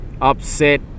upset